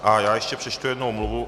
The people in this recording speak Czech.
A já ještě přečtu jednu omluvu.